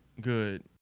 Good